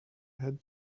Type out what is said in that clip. had